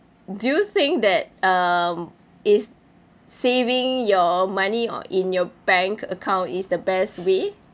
do you think that um is saving your money or in your bank account is the best way